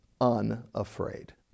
unafraid